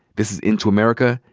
this is into america.